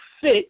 fit